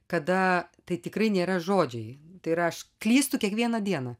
kada tai tikrai nėra žodžiai tai yra aš klystu kiekvieną dieną